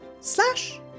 slash